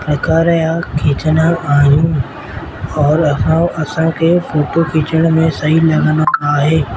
प्रकार जा खींचंदा आहियूं और असां असांखे फोटो खीचण में सही लॻंदो आहे